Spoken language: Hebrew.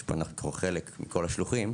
יש פה חלק מכל השלוחים.